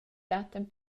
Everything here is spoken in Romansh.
dattan